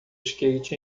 skate